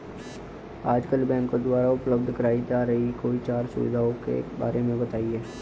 आजकल बैंकों द्वारा उपलब्ध कराई जा रही कोई चार सुविधाओं के बारे में बताइए?